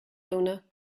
owner